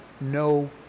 no